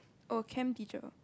oh chem teacher